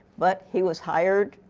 but he was hired.